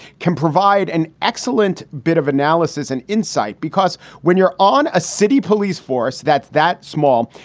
can provide an excellent bit of analysis and insight, because when you're on a city police force that's that small,